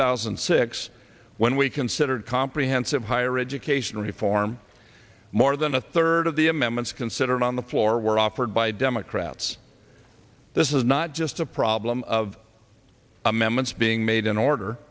thousand and six when we considered comprehensive higher education reform more than a third of the amendments considered on the floor were offered by democrats this is not just a problem of amendments being made in order